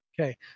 Okay